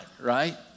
right